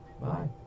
Bye